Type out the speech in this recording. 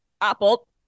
Apple